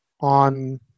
on